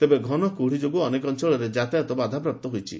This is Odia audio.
ତେବେ ଘନ କୁହୁଡି ଯୋଗୁଁ ଅନେକ ଅଞ୍ଞଳରେ ଯାତାୟାତ ବାଧାପ୍ରାପ୍ତ ହୋଇଛି